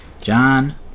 John